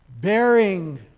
Bearing